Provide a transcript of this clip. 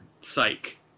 psych